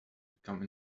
become